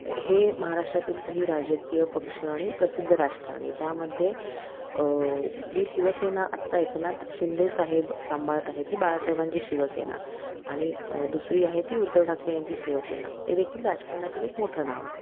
हे महाराष्ट्रातील काही राजकीय पक्ष आणि प्रसिद्ध राजकारणी ज्यामध्ये जी शिवसेना आत्ता एकनाथ शिंदेसाहेब सांभाळत आहे ती बाळासाहेबांची शिवसेना आणि दुसरी आहे ती उद्धव ठाकरे यांची शिवसेना तेदेखील राजकारणातील एक मोठं नाव आहे